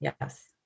Yes